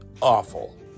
Awful